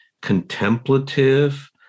contemplative